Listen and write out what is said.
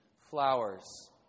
flowers